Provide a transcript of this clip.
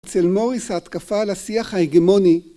אצל מוריס ההתקפה על השיח ההגמוני